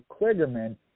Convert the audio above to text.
Kligerman